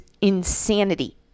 insanity